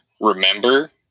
remember